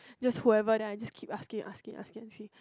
just whoever then I just keep asking asking asking asking